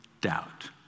doubt